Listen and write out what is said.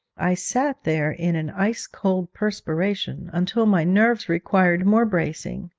i sat there in an ice-cold perspiration, until my nerves required more bracing,